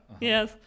Yes